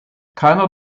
keiner